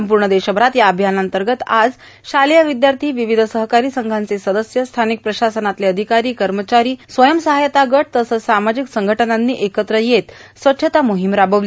संपूर्ण देशभरात या अभियानांतर्गत आज शालेय विद्यार्थी विविध सहकारी संघांचे सदस्य स्थानिक प्रशासनातले अधिकारी कर्मचारी स्वयं सहायता गट तसंच सामाजिक संघटनांनी एकत्र येत स्वच्छता मोहीम राबवली